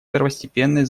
первостепенное